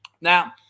Now